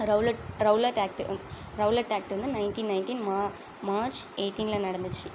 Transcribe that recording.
Rowlatt Rowlatt act Rowlatt act வந்து nineteen nineteen மா March எய்ட்டீன்ல நடந்துச்சு